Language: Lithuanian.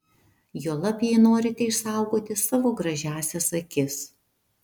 juolab jei norite išsaugoti savo gražiąsias akis